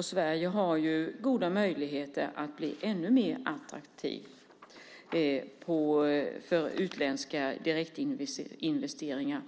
Sverige har goda möjligheter att bli ännu attraktivare för utländska direktinvesteringar.